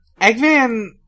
Eggman